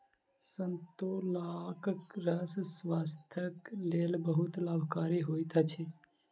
संतोलाक रस स्वास्थ्यक लेल बहुत लाभकारी होइत अछि